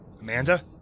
Amanda